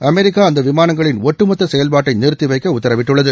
America அந்த விமானங்களின் ஒட்டுமொத்த செயல்பாட்டை நிறுத்திவைக்க உத்தரவிட்டுள்ளது